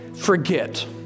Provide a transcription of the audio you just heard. forget